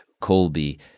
Colby